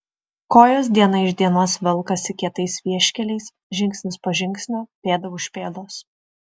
kojos diena iš dienos velkasi kietais vieškeliais žingsnis po žingsnio pėda už pėdos